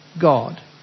God